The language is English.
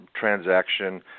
transaction –